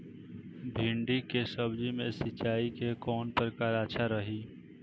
भिंडी के सब्जी मे सिचाई के कौन प्रकार अच्छा रही?